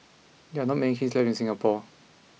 there are not many kilns left in Singapore